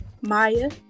Maya